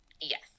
Yes